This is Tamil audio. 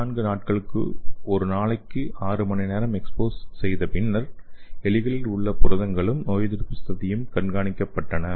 14 நாட்களுக்கு ஒரு நாளைக்கு 6 மணி நேரம் எக்ஸ்போஸ் செய்த பின்னர் எலிகளில் உள்ள புரதங்களும் நோயெதிர்ப்பு சக்தியும் கண்காணிக்கப்பட்டன